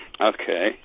okay